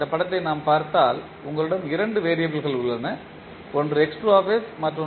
இந்த படத்தை நாம் பார்த்தால் உங்களிடம் இரண்டு வெறியபிள்கள் உள்ளன ஒன்று மற்றொன்று